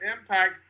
Impact